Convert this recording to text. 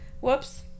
Whoops